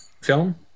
film